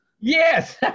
Yes